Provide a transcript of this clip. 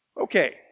Okay